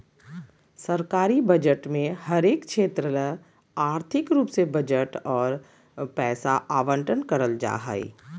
सरकारी बजट मे हरेक क्षेत्र ले आर्थिक रूप से बजट आर पैसा आवंटन करल जा हय